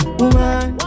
woman